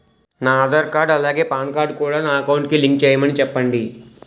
నా ఆధార్ కార్డ్ అలాగే PAN card కూడా నా అకౌంట్ కి లింక్ చేయమని చెప్పండి